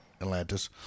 Atlantis